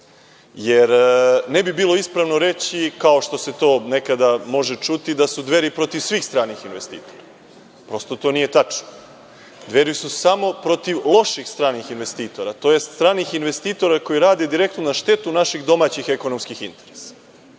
Jer, ne bi bilo ispravno reći, kao što se to nekada može čuti, da su Dveri protiv svih stranih investitora. Prosto, to nije tačno. Dveri su samo protiv loših stranih investitora, tj. stranih investitora koji rade direktno na štetu naših domaćih ekonomskih interesa. Ovo